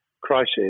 crisis